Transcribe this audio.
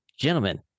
gentlemen